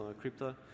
crypto